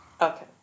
Okay